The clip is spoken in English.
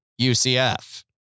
UCF